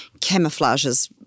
camouflages